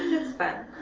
it's fun.